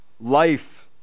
life